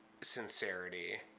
sincerity